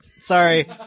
Sorry